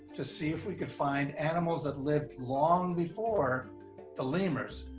to see if we could find animals that lived long before the lemurs.